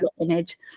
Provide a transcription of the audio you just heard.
image